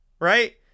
right